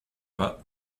pas